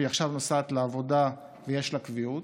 והיא עכשיו נוסעת לעבודה ויש לה קביעות,